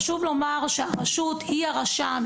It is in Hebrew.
חשוב לומר שהרשות היא הרשם,